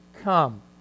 come